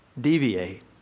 deviate